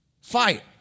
Fight